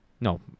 No